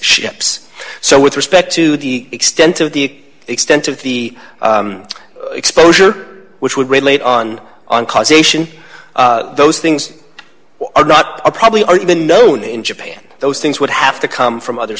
ships so with respect to the extent of the extent of the exposure which would relate on on causation those things are not probably are even known in japan those things would have to come from other